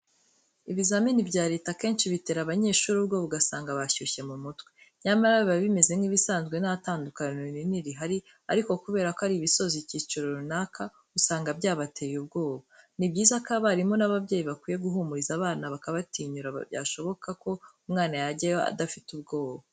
Ibizamini bya leta akenshi bitera abanyeshuri ubwoba ugasanga bashyushye mu mutwe, nyamara biba bimeze nk'ibisanzwe nta tandukaniro rinini rihari ariko ubera ko ari ibisoza icyiciro runaka usanga byabateye ubwoba. Ni byiza ko abarimu n'ababyeyi bakwiye guhumuriza abana bakabatinyura byashoboka ko umwana yajyayo adafite ubwoba.